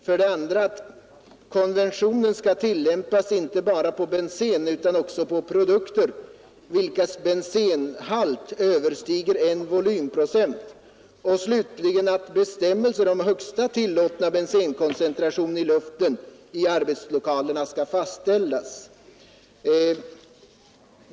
För det andra skall konventionen tillämpas inte bara på bensen utan också på produkter vilkas bensenhalt överstiger I volymprocent. För det tredje slutligen skall bestämmelser om högsta tillåtna bensenkoncentration i luften i arbetslokalerna fastställas.